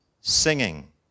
singing